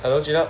hello Jun Hup